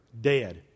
dead